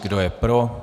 Kdo je pro?